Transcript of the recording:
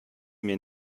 mir